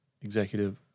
Executive